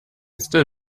still